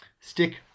Stick